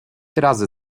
razy